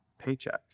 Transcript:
paychecks